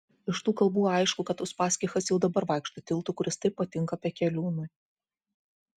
iš tų kalbų aišku kad uspaskichas jau dabar vaikšto tiltu kuris taip patinka pekeliūnui